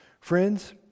Friends